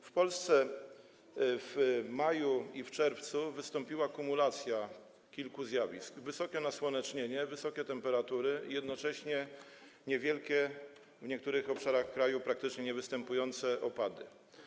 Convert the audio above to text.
W Polsce w maju i w czerwcu wystąpiła kumulacja kilku zjawisk: wysokiego nasłonecznienia, wysokich temperatur i jednocześnie niewielkich, w niektórych obszarach kraju praktycznie niewystępujących, opadów.